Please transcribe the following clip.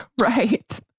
right